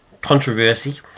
controversy